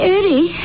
Eddie